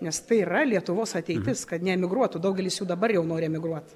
nes tai yra lietuvos ateitis kad neemigruotų daugelis jų dabar jau nori emigruot